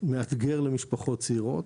מאתגר למשפחות צעירות